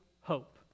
hope